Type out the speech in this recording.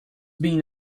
been